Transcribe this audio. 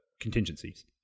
contingencies